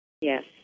Yes